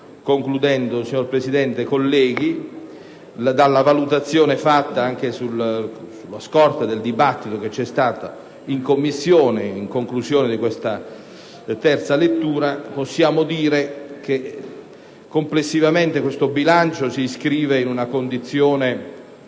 Concludendo, signor Presidente, colleghi, dalla valutazione fatta, anche sulla scorta del dibattito svoltosi in Commissione bilancio, in conclusione di questa terza lettura, possiamo dire che, complessivamente, questo bilancio si inscrive in una situazione